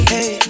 Hey